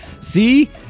See